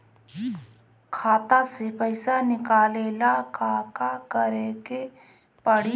खाता से पैसा निकाले ला का का करे के पड़ी?